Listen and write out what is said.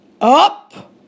up